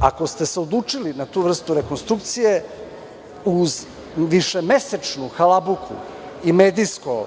ako ste se odlučili na tu vrstu rekonstrukcije uz višemesečnu halabuku i medijsko